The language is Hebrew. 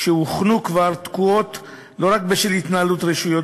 שכבר הוכנו תקועות לא רק בשל התנהלות רשויות